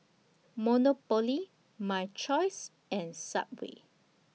Monopoly My Choice and Subway